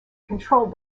controlled